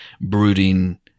brooding